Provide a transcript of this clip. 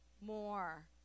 more